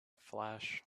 flash